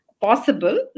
possible